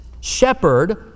shepherd